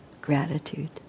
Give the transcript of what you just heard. gratitude